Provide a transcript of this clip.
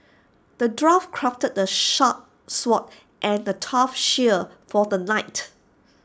the dwarf crafted A sharp sword and A tough shield for the knight